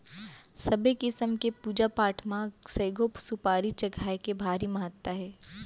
सबे किसम के पूजा पाठ म सइघो सुपारी चघाए के भारी महत्ता हे